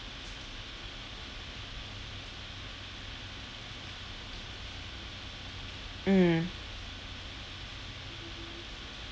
mm